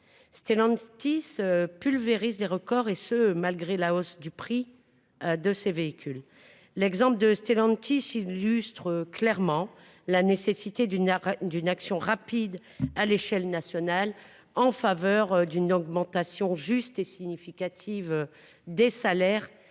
Stellantis pulvérise les records, et ce malgré l’augmentation du prix de ses véhicules. L’exemple de Stellantis illustre clairement la nécessité d’une action rapide à l’échelle nationale en faveur d’une augmentation juste et significative des salaires,